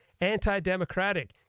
anti-democratic